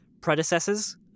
predecessors